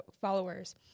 followers